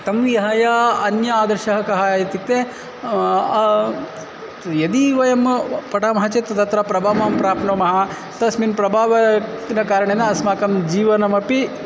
तं विहाय अन्यः आदर्शः कः इत्युक्ते यदि वयं पठामः चेत् तत्र प्रभावं प्राप्नुमः तस्मिन् प्रभावे न कारणेन अस्माकं जीवनमपि